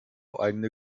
eigene